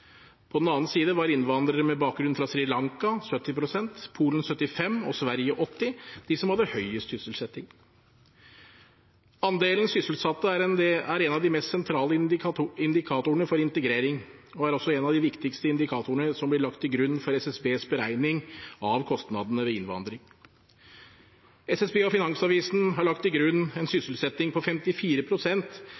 På den annen side hadde innvandrere med bakgrunn fra Sri Lanka 70 pst., Polen 75 pst. og Sverige 80 pst. høyest sysselsetting. Andelen sysselsatte er en av de mest sentrale indikatorene for integrering og er også en av de viktigste indikatorene som blir lagt til grunn for SSBs beregning av kostnadene ved innvandring. SSB og Finansavisen har lagt til grunn en sysselsetting på